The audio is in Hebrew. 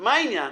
מה העניין?